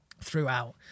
throughout